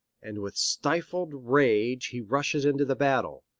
and with stifled rage he rushes into the battle.